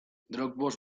dropbox